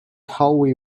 howie